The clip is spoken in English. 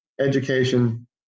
education